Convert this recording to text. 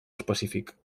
específic